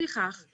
לפיכך,